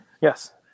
Yes